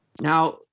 Now